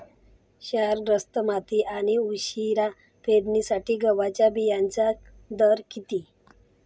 क्षारग्रस्त माती आणि उशिरा पेरणीसाठी गव्हाच्या बियाण्यांचा दर किती?